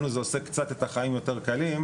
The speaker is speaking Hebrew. לנו זה עושה קצת את החיים יותר קלים,